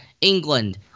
England